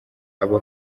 aba